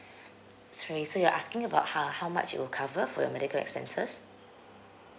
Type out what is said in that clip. sorry so you're asking about how how much it will cover for your medical expenses